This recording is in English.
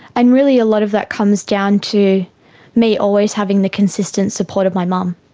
and really a lot of that comes down to me always having the consistent support of my mum.